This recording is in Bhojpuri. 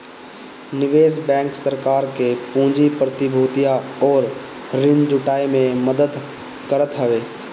निवेश बैंक सरकार के पूंजी, प्रतिभूतियां अउरी ऋण जुटाए में मदद करत हवे